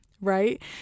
right